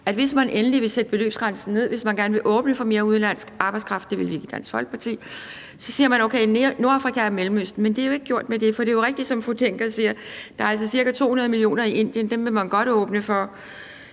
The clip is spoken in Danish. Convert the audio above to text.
at hvis man endelig vil sætte beløbsgrænsen ned og gerne vil åbne for mere udenlandsk arbejdskraft – det vil vi ikke i Dansk Folkeparti – så siger man: Okay, Nordafrika og Mellemøsten. Men det er jo ikke gjort med det, for det, som fru Mette Hjermind Dencker siger, er jo rigtigt. Der er altså ca. 200 millioner i Indien, og dem vil man godt åbne for.